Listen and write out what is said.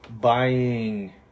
buying